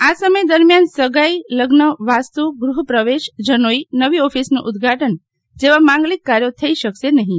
આ સમય દરમિયાન સગાઈ લગ્ન વાસ્તુ ગૃહપ્રવેશ જનોઈ નવી ઓફિસનું ઉદઘાટન જેવા માંગલીક કાર્યો થઈ શકશે નહીં